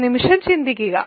ഒരു നിമിഷം ചിന്തിക്കുക